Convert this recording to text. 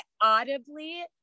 audibly